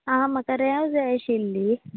आं म्हाका रेंव जाय आशिल्ली